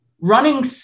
running